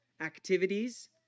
activities